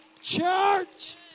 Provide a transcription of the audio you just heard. church